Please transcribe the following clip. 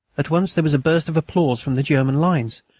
at once there was a burst of applause from the german lines.